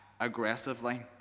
aggressively